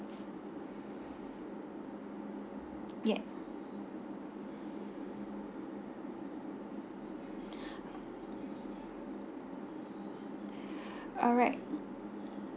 yeah alright